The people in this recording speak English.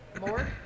More